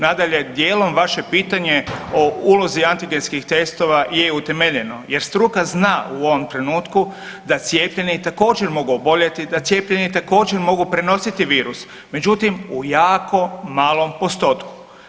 Nadalje, dijelom vaše pitanje o ulozi antigenskih testova je utemeljeno jer struka zna u ovom trenutku da cijepljeni također mogu oboljeti, da cijepljeni također mogu prenositi virus, međutim u jako malom postotku.